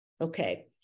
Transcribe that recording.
Okay